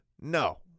No